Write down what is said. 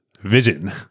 vision